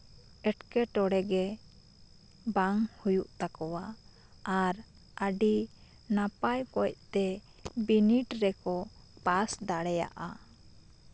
ᱮᱸᱴᱠᱮᱴᱚᱲᱮ ᱜᱮ ᱵᱟᱝ ᱦᱩᱭᱩᱜ ᱛᱟᱠᱚᱣᱟ ᱟᱨ ᱟᱹᱰᱤ ᱱᱟᱯᱟᱭ ᱚᱠᱚᱡᱛᱮ ᱵᱤᱱᱤᱰ ᱨᱮᱠᱚ ᱯᱟᱥ ᱫᱟᱲᱮᱭᱟᱜᱼᱟ